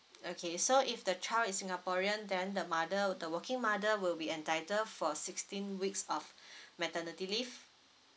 okay so if the child is singaporean then the mother the working mother will be entitle for sixteen weeks of maternity leave